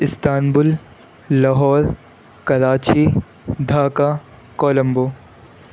Istanbul Lahore Karachi Dhaka Colombo